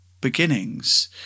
beginnings